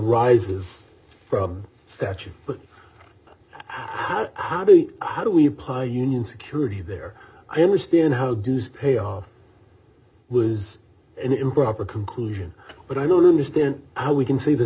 rises from statute but how do you how do we apply union security there i understand how do pay off was an improper conclusion but i don't understand how we can say the